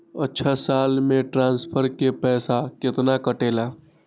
अछा साल मे ट्रांसफर के पैसा केतना कटेला?